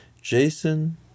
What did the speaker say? Jason